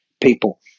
people